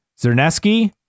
Zerneski